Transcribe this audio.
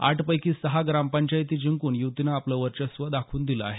आठ पैकी सहा ग्रामपंचायती जिंकून युतीने आपले वर्चस्व दाखवून दिले आहेत